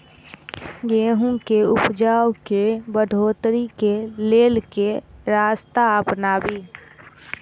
गेंहूँ केँ उपजाउ केँ बढ़ोतरी केँ लेल केँ रास्ता अपनाबी?